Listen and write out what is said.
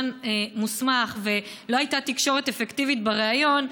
מוסמך ולא הייתה תקשורת אפקטיבית בריאיון,